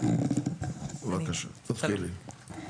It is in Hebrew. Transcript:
בבקשה, תתחילי.